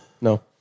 No